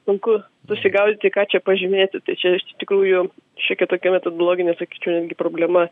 sunku susigaudyti ką čia pažymėti tai čia iš tikrųjų šiokia tokia metodologinė sakyčiau netgi problema